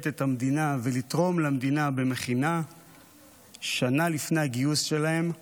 את המדינה ולתרום למדינה במכינה שנה לפני הגיוס שלהם,